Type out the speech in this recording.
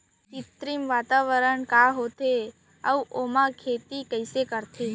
कृत्रिम वातावरण का होथे, अऊ ओमा खेती कइसे करथे?